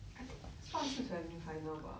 I think 算是 semi final 吧